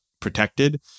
protected